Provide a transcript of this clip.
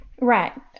Right